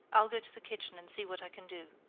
i'll go to the kitchen and see what i can do.